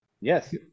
Yes